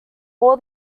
all